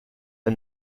the